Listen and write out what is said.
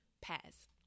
pairs